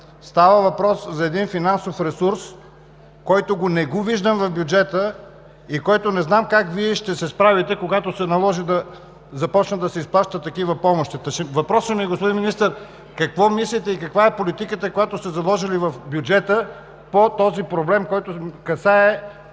Става въпрос за един финансов ресурс, който не го виждам в бюджета и с който не знам как Вие ще се справите, когато се наложи да започнат да се изплащат такива помощи. Въпросът ми, господин Министър, е: какво мислите и каква е политиката, която сте заложили в бюджета по този проблем, който касае